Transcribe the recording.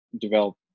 develop